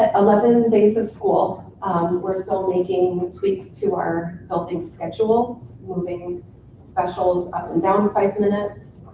ah eleven and days of school we're still making tweaks to our helping schedules, moving specials up and down five minutes,